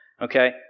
Okay